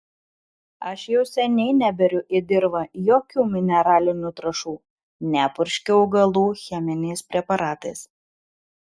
aš jau seniai neberiu į dirvą jokių mineralinių trąšų nepurškiu augalų cheminiais preparatais